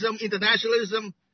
internationalism